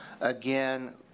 again